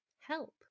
Help